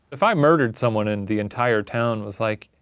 if i murdered someone and the entire town was like,